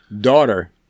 daughter